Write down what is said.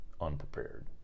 unprepared